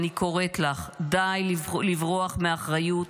אני קוראת לך, די לברוח מאחריות.